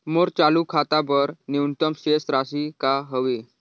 मोर चालू खाता बर न्यूनतम शेष राशि का हवे?